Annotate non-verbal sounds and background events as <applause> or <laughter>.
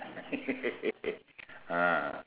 <laughs> ah